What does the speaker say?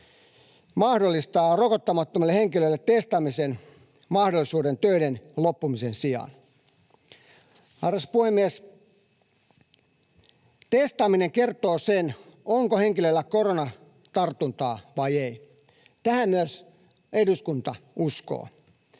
mahdollistaa rokottamattomille henkilöille testaamisen mahdollisuus töiden loppumisen sijaan. Arvoisa puhemies! Testaaminen kertoo sen, onko henkilöllä koronatartunta vai ei. Tähän myös eduskunta uskoo.